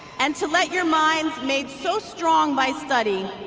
and to let your minds, made so strong by study,